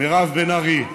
מירב בן ארי,